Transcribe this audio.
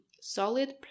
solid